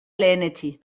lehenetsi